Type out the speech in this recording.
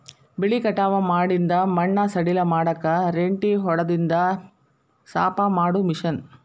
ಬೆಳಿ ಕಟಾವ ಮಾಡಿಂದ ಮಣ್ಣ ಸಡಿಲ ಮಾಡಾಕ ರೆಂಟಿ ಹೊಡದಿಂದ ಸಾಪ ಮಾಡು ಮಿಷನ್